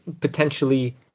potentially